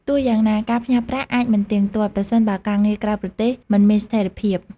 ទោះយ៉ាងណា ការផ្ញើប្រាក់អាចមិនទៀងទាត់ ប្រសិនបើការងារក្រៅប្រទេសមិនមានស្ថេរភាព។